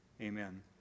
amen